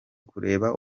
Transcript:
kureba